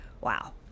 wow